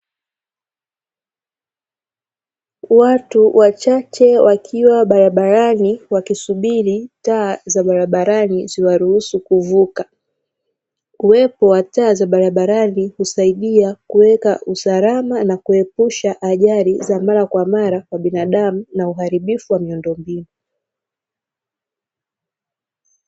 Watu wachache wakiwa barabarani wakisubiri taa za barabarani ziwaruhusu kuvuka, uwepo wa taa za barabarani husaidia kuweka usalama na kuepusha ajali za mara kwa mara kwa binadamu na uharibifu wa miundombinu.